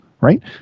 right